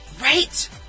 Right